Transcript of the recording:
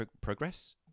Progress